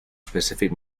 specific